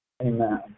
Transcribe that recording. Amen